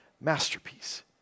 masterpiece